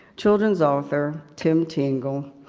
children's author, tim tingle,